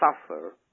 suffer